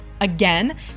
Again